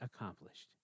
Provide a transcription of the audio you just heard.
accomplished